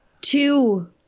two